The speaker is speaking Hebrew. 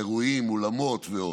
אירועים, אולמות ועוד.